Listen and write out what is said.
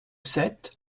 sept